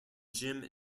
gym